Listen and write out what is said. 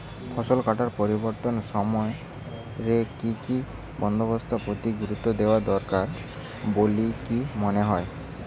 ফসলকাটার পরবর্তী সময় রে কি কি বন্দোবস্তের প্রতি গুরুত্ব দেওয়া দরকার বলিকি মনে হয়?